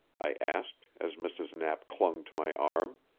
i asked, as mrs. knapp clung to my arm.